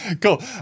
Cool